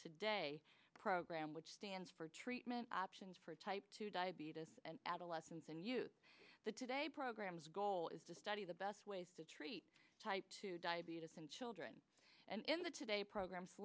today program which stands for treatment options for type two diabetes and adolescents and use the today programs goal is to study the best ways to treat type two diabetes in children and in the today program